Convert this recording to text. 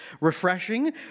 refreshing